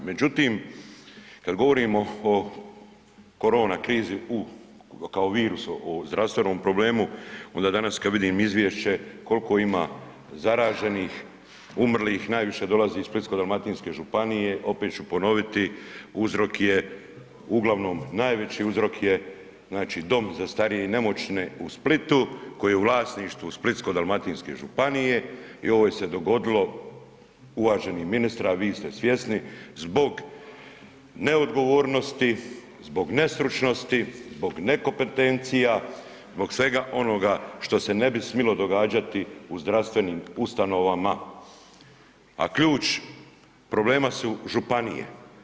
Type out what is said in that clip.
Međutim, kad govorimo o korona krizi u, kao virusu u zdravstvenom problemu onda danas kad vidim izvješće koliko ima zaraženih, umrlih najviše dolazi iz Splitsko-dalmatinske županije opet ću ponoviti uzrok je uglavnom najveći uzrok je znači dom za starije i nemoćne u Splitu koji je u vlasništvu Splitsko-dalmatinske županije i ovo se je dogodilo zbog neodgovornosti, uvaženi ministre, a vi ste svjesni, zbog neodgovornosti, zbog nestručnosti, zbog nekompetencija, zbog svega onoga što se ne bi smjelo događati u zdravstvenim ustanovama, a ključ problema su županije.